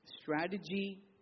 strategy